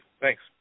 Thanks